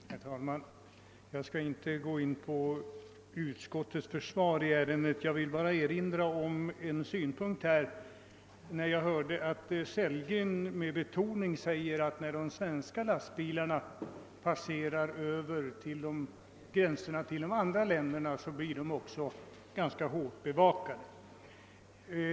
Herr talman! Jag skall inte gå in på vad utskottet anfört i ärendet; jag vill dara framföra en synpunkt. Herr Sellgren sade att de svenska lastbilarna när de passerar gränserna till andra länder blir ganska väl bevakade.